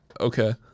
Okay